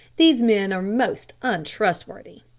these men are most untrustworthy.